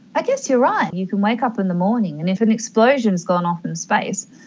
i guess you're right. you can wake up in the morning and if an explosion has gone off in space,